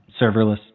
Serverless